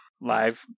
Live